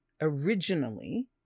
originally